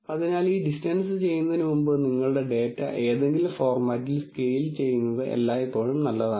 അതിനാൽ ഈ ഡിസ്റ്റൻസ് ചെയ്യുന്നതിന് മുമ്പ് നിങ്ങളുടെ ഡാറ്റ ഏതെങ്കിലും ഫോർമാറ്റിൽ സ്കെയിൽ ചെയ്യുന്നത് എല്ലായ്പ്പോഴും നല്ലതാണ്